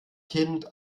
kind